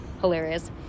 hilarious